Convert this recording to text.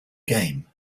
game